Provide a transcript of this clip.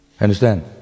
Understand